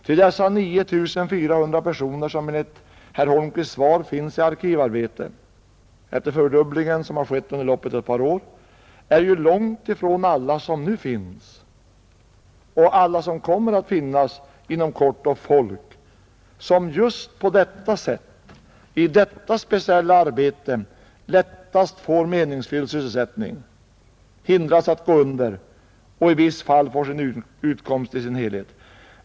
Ty dessa 9 400 som enligt herr Holmqvists svar har arkivarbete — efter den fördubbling som har skett under loppet av ett par år — är ju långtifrån alla som nu finns och alla som kommer att finnas inom kort som just på detta sätt i detta speciella arbete lättast får meningsfylld sysselsättning, hindras att gå under och i vissa fall helt får sin utkomst.